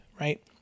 Right